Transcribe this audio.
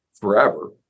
forever